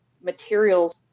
materials